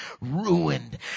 Ruined